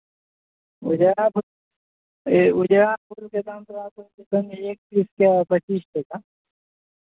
उजरा फूल उजरा फूलके दाम तोरा पड़तनि एक पीसके पच्चीस टाका